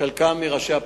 חלקם מראשי הפשע.